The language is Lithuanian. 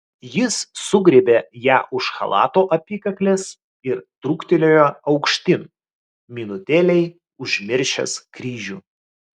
jis sugriebė ją už chalato apykaklės ir truktelėjo aukštyn minutėlei užmiršęs kryžių